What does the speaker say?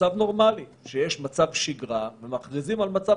למצב נורמלי שיש מצב שגרה ומכריזים על מצב